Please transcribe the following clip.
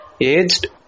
aged